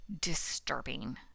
disturbing